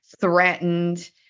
threatened